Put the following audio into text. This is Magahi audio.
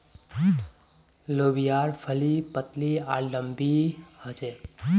लोबियार फली पतली आर लम्बी ह छेक